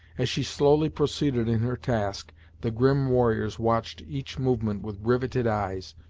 as she slowly proceeded in her task the grim warriors watched each movement with riveted eyes,